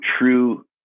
true